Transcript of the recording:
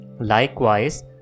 likewise